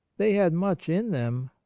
they had much in them,